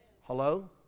Hello